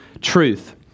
truth